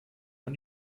man